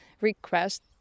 request